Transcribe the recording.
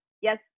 Yes